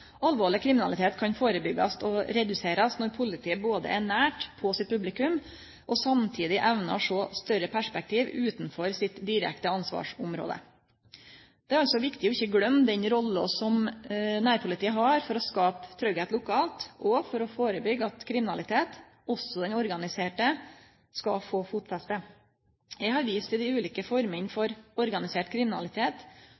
Alvorleg kriminalitet kan førebyggjast og reduserast når politiet både er nært på sitt publikum og samstundes evnar å sjå større perspektiv utanfor sitt direkte ansvarsområde. Det er altså viktig ikkje å gløyme den rolla som nærpolitiet har for å skape tryggleik lokalt og for å førebyggje at kriminalitet, også den organiserte, skal få fotfeste. Eg har vist til dei ulike